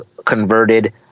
Converted